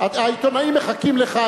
העיתונאים מחכים לך,